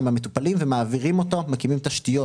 המטופלים ומעבירים אותם מקימים תשתיות,